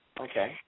Okay